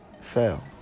fail